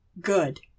good